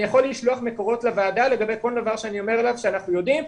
אני יכול לשלוח מקורות לוועדה לגבי כל דבר שאני אומר שאנחנו יודעים.